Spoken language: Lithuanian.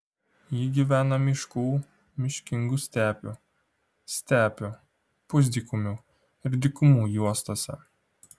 ji gyvena miškų miškingų stepių stepių pusdykumių ir dykumų juostose